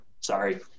Sorry